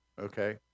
okay